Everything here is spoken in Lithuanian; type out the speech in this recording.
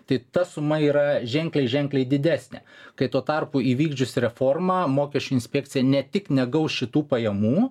tai ta suma yra ženkliai ženkliai didesnė kai tuo tarpu įvykdžius reformą mokesčių inspekcija ne tik negaus šitų pajamų